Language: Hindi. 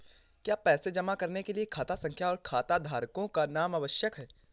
क्या पैसा जमा करने के लिए खाता संख्या और खाताधारकों का नाम आवश्यक है?